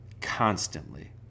constantly